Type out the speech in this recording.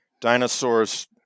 dinosaurs